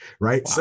right